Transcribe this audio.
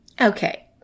Okay